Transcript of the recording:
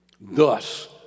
Thus